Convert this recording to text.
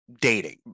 dating